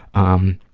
um,